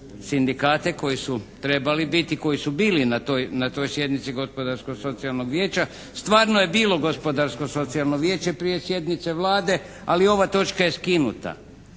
sindikati koji su trebali biti, koji su bili na toj sjednici gospodarsko socijalnog vijeća, stvarno je bilo gospodarsko socijalno vijeće prije sjednice Vlade ali ova točka je skinuta